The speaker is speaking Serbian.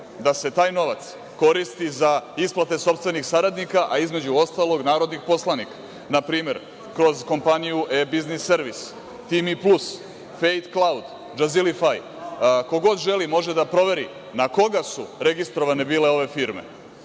da se taj novac koristi za isplate sopstvenih saradnika, a, između ostalog, narodnih poslanika. Na primer, kroz kompaniju „E biznis servis“, „Timi plus“, „Trejd klaut“, „DŽazili faj“. Ko god želi, može da proveri na koga su registrovane bile ove firme